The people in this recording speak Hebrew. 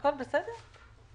זה קורה?